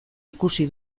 ikusi